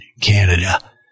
Canada